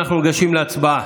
אנחנו ניגשים להצבעה.